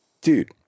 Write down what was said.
Dude